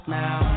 now